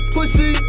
Pussy